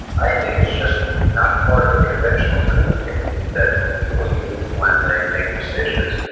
i think it's just not part of a conventional toolkit that people use when they make decisions.